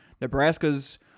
Nebraska's